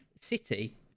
City